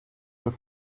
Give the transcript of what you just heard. your